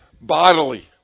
bodily